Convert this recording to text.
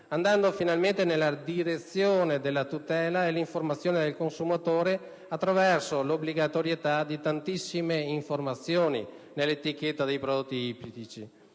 andando finalmente nella direzione della tutela e dell'informazione del consumatore, attraverso l'obbligatorietà dell'esposizione di tantissime informazioni sull'etichetta dei prodotti ittici.